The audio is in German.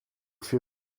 für